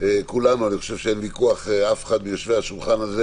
כולנו אני חושב שאין ויכוח עם מישהו מיושבי השולחן הזה